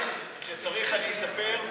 כשצריך אני מספר,